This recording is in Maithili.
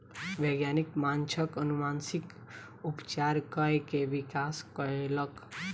वैज्ञानिक माँछक अनुवांशिक उपचार कय के विकास कयलक